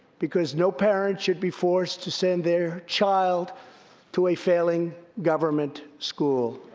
because no parent should be forced to send their child to a failing government school.